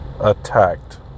attacked